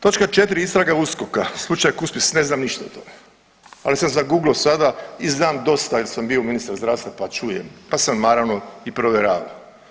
Točka 4 istrage USKOK-a, slučaj Kuspis, ne znam ništa o tome, ali sam zaguglo sada i znam dosta jel sam bio ministar zdravstva pa čujem, pa sam naravno i provjeravao.